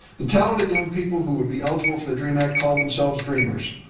the talented young people who would be eligible for the dream act call themselves dreamers.